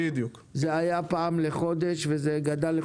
פעם זה היה לחודש וזה התארך לחודשיים.